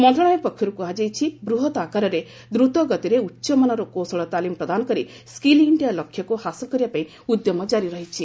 ମନ୍ତ୍ରଶାଳୟ ପକ୍ଷର୍ତ କ୍ରହାଯାଇଛି ବୂହତ ଆକାରରେ ଦ୍ରତ ଗତିରେ ଉଚ୍ଚମାନର କୌଶଳ ତାଲିମ୍ ପ୍ରଦାନ କରି ସ୍କିଲ୍ ଇଣ୍ଡିଆ ଲକ୍ଷ୍ୟକୁ ହାସଲ କରିବା ପାଇଁ ଉଦ୍ୟମ କାରି ରହିଛି